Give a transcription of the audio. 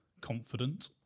confident